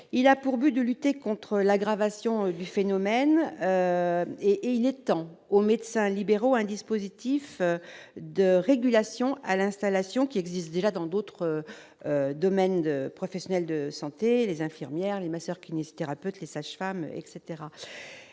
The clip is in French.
il a pour but de lutter contre l'aggravation du phénomène et et il est temps aux médecins libéraux, un dispositif de régulation à l'installation, qui existe déjà dans d'autres domaines de professionnels de santé, les infirmières, les masseurs kinésithérapeutes, les sages-femmes, etc